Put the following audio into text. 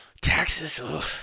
taxes